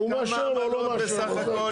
והוא מאשר לו או לא מאשר לו.